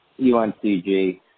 UNCG